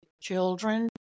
children